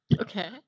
Okay